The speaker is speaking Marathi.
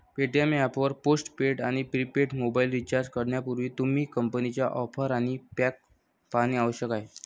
पेटीएम ऍप वर पोस्ट पेड आणि प्रीपेड मोबाइल रिचार्ज करण्यापूर्वी, तुम्ही कंपनीच्या ऑफर आणि पॅक पाहणे आवश्यक आहे